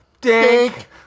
Dink